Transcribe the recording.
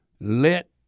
Let